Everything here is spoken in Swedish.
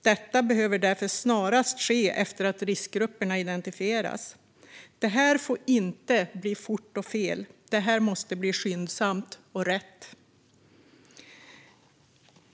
Detta behöver därför snarast ske efter att riskgrupperna har identifierats. Det här får inte bli fort och fel; det måste bli skyndsamt och rätt.